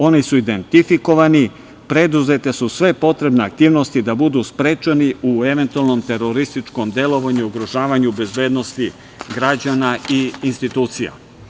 Oni su identifikovani, preduzete su sve potrebne aktivnosti da budu sprečeni u eventualnom terorističkom delovanju i ugrožavanju bezbednosti građana i institucija.